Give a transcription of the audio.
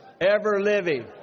ever-living